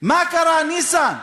מה קרה, ניסן?